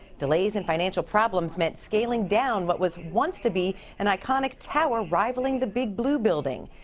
delays and financial problems meant scaling down what was once to be an iconic tower rivaling the big blue building.